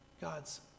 God's